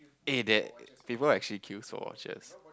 eh there people actually queue for watches